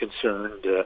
concerned